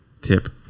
tip